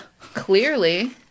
Clearly